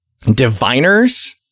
diviners